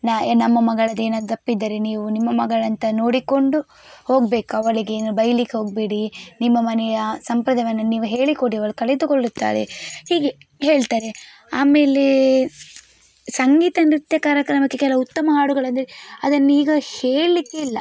ನಾನು ಎ ನಮ್ಮ ಮಗಳದ್ದು ಏನಾದರೂ ತಪ್ಪಿದ್ದರೆ ನೀವು ನಿಮ್ಮ ಮಗಳಂತ ನೋಡಿಕೊಂಡು ಹೋಗಬೇಕು ಅವಳಿಗೇನು ಬೈಲಿಕ್ಕೆ ಹೋಗಬೇಡಿ ನಿಮ್ಮ ಮನೆಯ ಸಂಪ್ರದಾಯವನ್ನ ನೀವು ಹೇಳಿಕೊಡಿ ಅವಳು ಕಲಿತುಕೊಳ್ಳುತ್ತಾಳೆ ಹೀಗೆ ಹೇಳ್ತಾರೆ ಆಮೇಲೆ ಸಂಗೀತ ನೃತ್ಯ ಕಾರ್ಯಕ್ರಮಕ್ಕೆ ಕೆಲವು ಉತ್ತಮ ಹಾಡುಗಳೆಂದರೆ ಅದನ್ನೀಗ ಹೇಳಲಿಕ್ಕೆ ಇಲ್ಲ